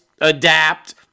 adapt